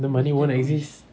the money won't exist